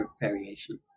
variation